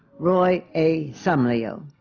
roy a. somlyo.